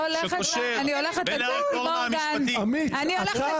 בין הרפורמה המשפטית --- אני הולכת